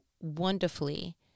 wonderfully